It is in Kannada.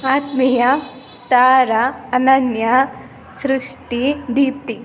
ಆತ್ಮೀಯ ತಾರಾ ಅನನ್ಯ ಸೃಷ್ಟಿ ದೀಪ್ತಿ